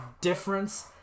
difference